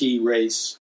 race